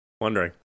Wondering